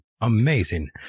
Amazing